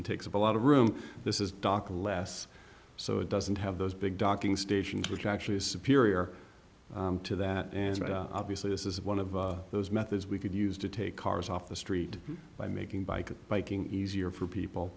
and takes up a lot of room this is dr less so it doesn't have those big docking stations which actually is superior to that and obviously this is one of those methods we could use to take cars off the street by making bike biking easier for people